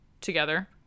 together